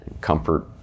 comfort